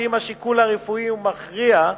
אם השיקול הרפואי הוא מכריע,